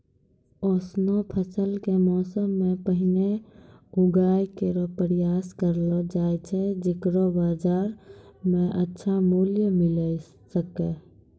ऑसनो फसल क मौसम सें पहिने उगाय केरो प्रयास करलो जाय छै जेकरो बाजार म अच्छा मूल्य मिले सके